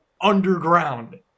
underground